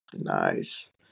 Nice